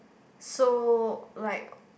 so like